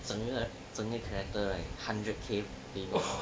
整个整个 character right hundred K